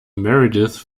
meredith